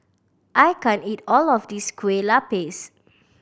I can't eat all of this Kueh Lapis